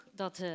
dat